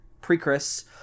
pre-Chris